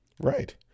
Right